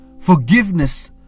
forgiveness